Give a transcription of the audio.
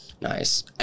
Nice